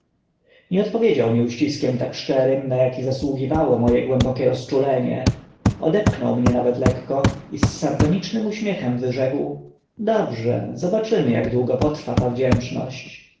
nie odpowiedział mi uściskiem tak szczerym na aki zasługiwało mo e głębokie rozczulenie odepchnął mię nawet lekko i z sardonicznym uśmiechem wyrzekł dobrze zobaczymy ak długo potrwa ta wdzięczność